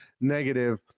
negative